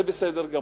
שזה בסדר גמור,